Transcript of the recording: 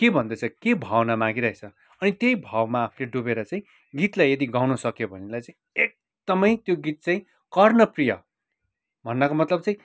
के भन्दैछ के भावना मागिरहेको छ अनि त्यही भावमा फेरि डुबेर चाहिँ गीतलाई यदि गाउनसक्यो भनेलाई चाहिँ एकदमै त्यो गीत चाहिँ कर्णप्रिय भन्नाको मतलब चाहिँ